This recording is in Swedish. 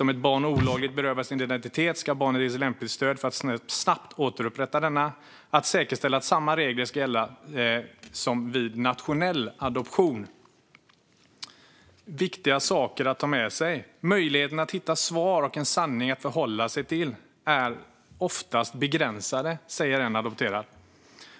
Om ett barn olagligt berövas sin identitet ska barnet ges lämpligt stöd för att snabbt återupprätta denna. Vi ska också säkerställa att samma regler gäller som vid nationell adoption. Det är viktiga saker att ha med sig. Möjligheterna att hitta svar och en sanning att förhålla sig till är oftast begränsade, säger en adopterad.